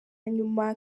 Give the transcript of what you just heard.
nyuma